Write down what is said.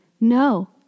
No